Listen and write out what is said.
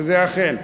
וזה אכן.